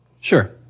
Sure